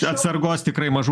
atsargos tikrai mažų